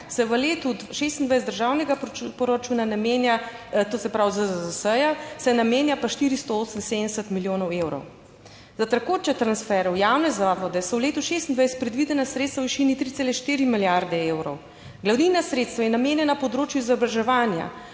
se v letu 2026 državnega proračuna namenja, to se pravi ZZZS se namenja pa 478 milijonov evrov. Za tekoče transfere v javne zavode so v letu 2026 predvidena sredstva v višini 3,4 milijarde evrov. Glavnina sredstev je namenjena področju izobraževanja,